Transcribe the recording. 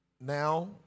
now